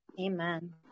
Amen